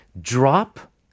Drop